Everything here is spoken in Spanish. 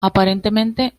aparentemente